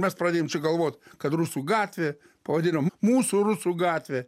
mes pradėjom čia galvot kad rusų gatvė pavadinom mūsų rusų gatvė